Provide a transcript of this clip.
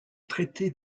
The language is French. traiter